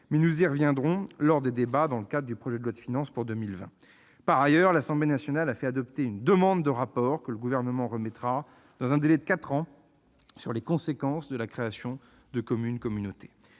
mais nous y reviendrons lors des débats dans le cadre du projet de loi de finances pour 2020. Par ailleurs, l'Assemblée nationale a fait adopter une demande de rapport que le Gouvernement remettra, dans un délai de quatre ans, sur les conséquences de la création d'une commune-communauté.